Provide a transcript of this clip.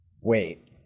Wait